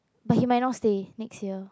but he might not stay next year